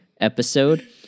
episode